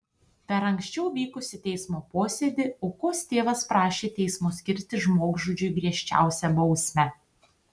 per anksčiau vykusį teismo posėdį aukos tėvas prašė teismo skirti žmogžudžiui griežčiausią bausmę